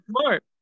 smart